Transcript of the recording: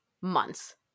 months